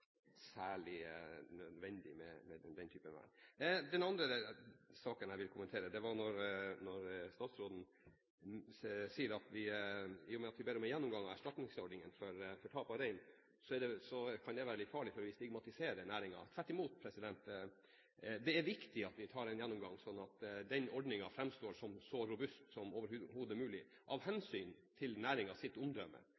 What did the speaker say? særlig nødvendig med den typen vern. Den andre saken jeg vil kommentere, gjelder det som statsråden sa i forbindelse med at vi ber om en gjennomgang av erstatningsordningen for tap av rein, hvor han sa at det kunne være litt farlig, fordi vi stigmatiserer næringen. Tvert imot – det er viktig at vi tar en gjennomgang, slik at den ordningen framstår så robust som overhodet mulig av